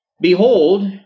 Behold